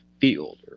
field